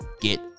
get